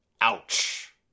Ouch